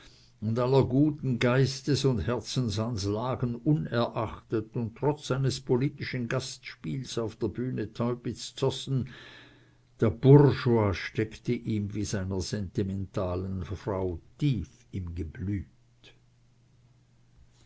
und aller guten geistes und herzensanlagen unerachtet und trotz seines politischen gastspiels auf der bühne teupitz zossen der bourgeois steckte ihm wie seiner sentimentalen frau tief im geblüt